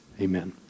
Amen